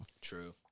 True